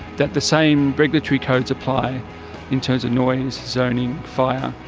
that the same regulatory codes apply in terms of noise, zoning, fire.